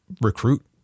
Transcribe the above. recruit